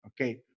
Okay